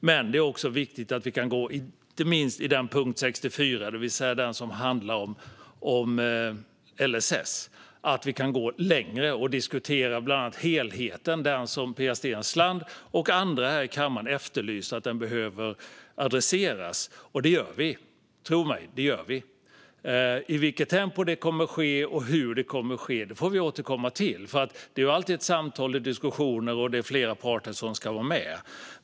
Men det är också viktigt att vi kan gå längre, inte minst i punkt 64 som handlar om LSS, och diskutera bland annat helheten, som Pia Steensland och andra här i kammaren har efterlyst en adressering av. Och det gör vi, tro mig! I vilket tempo och hur detta kommer att ske får vi återkomma till, för det är alltid ett samtal och diskussioner och flera parter som ska vara med.